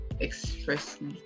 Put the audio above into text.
expressly